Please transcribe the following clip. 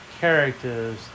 characters